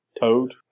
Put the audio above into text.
toad